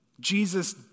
Jesus